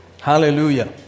Hallelujah